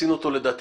עשינו אותו לדעתי